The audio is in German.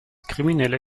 kriminelle